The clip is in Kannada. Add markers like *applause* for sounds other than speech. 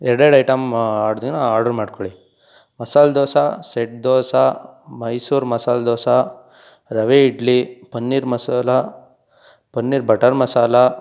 ಎರಡೆರಡು ಐಟಮ್ *unintelligible* ಆರ್ಡ್ರು ಮಾಡಿಕೊಳ್ಳಿ ಮಸಾಲೆ ದೋಸೆ ಸೆಟ್ ದೋಸೆ ಮೈಸೂರು ಮಸಾಲೆ ದೋಸೆ ರವೆ ಇಡ್ಲಿ ಪನ್ನೀರ್ ಮಸಾಲ ಪನ್ನೀರ್ ಬಟರ್ ಮಸಾಲ